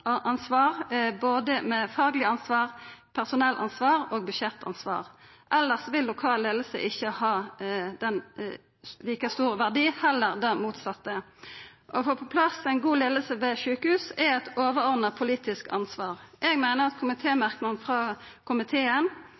med fullt leiaransvar, både fagleg ansvar, personellansvar og budsjettansvar. Elles vil lokal leiing ikkje ha lika stor verdi – heller det motsette. Å få på plass ei god leiing ved eit sjukehus er eit overordna politisk ansvar. Eg meiner at komitémerknaden frå komiteen